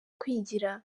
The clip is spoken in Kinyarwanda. kwigira